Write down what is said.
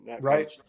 right